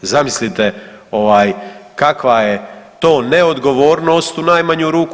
Zamislite kakva je to neodgovornost u najmanju ruku.